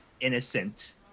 innocent